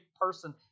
person